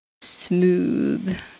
smooth